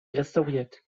restauriert